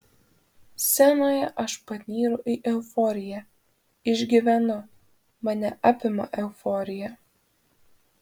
scenoje aš panyru į euforiją išgyvenu mane apima euforija